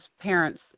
parents